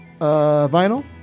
vinyl